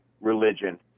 religion